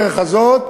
בדרך הזאת,